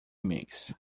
mês